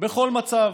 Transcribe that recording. בכל מצב,